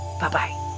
bye-bye